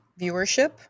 viewership